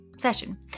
session